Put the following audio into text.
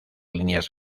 líneas